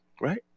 right